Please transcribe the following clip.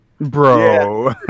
Bro